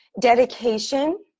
dedication